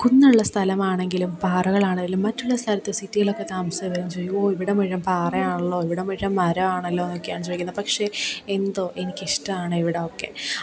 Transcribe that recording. കുന്നുള്ള സ്ഥലമാണെങ്കിലും പാറകളാണേലും മറ്റുള്ള സ്ഥലത്ത് സിറ്റിയിലൊക്കെ താമസിക്കുന്നവര് ചോദിക്കും ഓ ഇവിടെ മുഴുവൻ പാറയാണല്ലോ ഇവിടെ മുഴുവൻ മരവാണല്ലോന്നൊക്കെയാണ് ചോദിക്കുന്നത് പക്ഷെ എന്തോ എനിക്ക് ഇഷ്ടമാണ് ഇവിടൊക്കെ